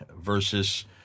versus